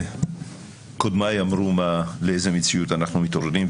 קודמיי אמרו לאיזה מציאות אנחנו מתעוררים,